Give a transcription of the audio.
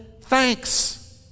thanks